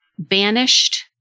banished